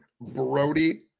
Brody